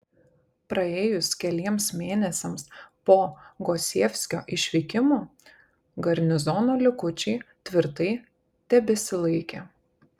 praėjus keliems mėnesiams po gosievskio išvykimo garnizono likučiai tvirtai tebesilaikė